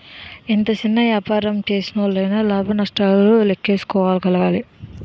ఎంత సిన్న యాపారం సేసినోల్లయినా లాభ నష్టాలను లేక్కేసుకోగలగాలి